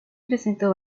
presentó